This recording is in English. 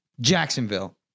Jacksonville